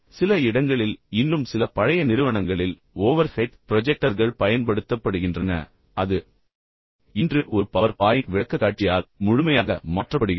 சில இடங்களில் இன்னும் சில பழைய நிறுவனங்களில் ஓவர்ஹெட் ப்ரொஜெக்டர்கள் பயன்படுத்தப்படுகின்றன ஆனால் அது இன்று ஒரு பவர் பாயிண்ட் விளக்கக்காட்சியால் முழுமையாக மாற்றப்படுகிறது